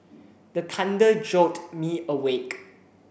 the thunder jolt me awake